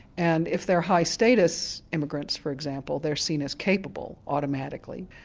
and if they're high status immigrants for example they're seen as capable automatically,